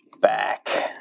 back